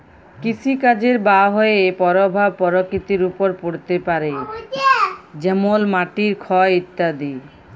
কৃষিকাজের বাহয়ে পরভাব পরকৃতির ওপর পড়তে পারে যেমল মাটির ক্ষয় ইত্যাদি